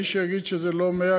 מי שיגיד שזה לא 100,